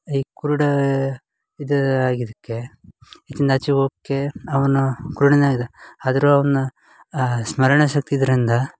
ಈ ಕುರುಡ ಇದು ಆಗಿದ್ದಕ್ಕೆ ಈಚಿಂದ ಆಚಿಗೆ ಹೋಪ್ಕೆ ಅವನು ಕುರುಡುನಾಗಿದ್ದ ಆದರೂ ಅವನ್ನ ಸ್ಮರಣಶಕ್ತಿ ಇದರಿಂದ